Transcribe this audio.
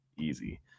easy